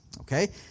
Okay